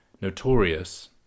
notorious